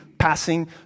Passing